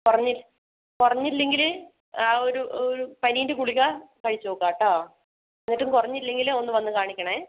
കുറഞ്ഞ് കുറഞ്ഞില്ലങ്കിൽ ആ ഒരു ഒരു പനീന്റെ ഗുളിക കഴിച്ച് നോക്കാം കേട്ടോ എന്നിട്ടും കുറഞ്ഞില്ലെങ്കിൽ ഒന്ന് വന്ന് കാണിക്കണേ